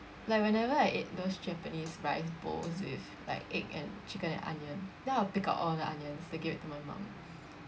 like whenever I ate those japanese rice bowls with like egg and chicken and onion then I'll pick out all the onions then give it to my mum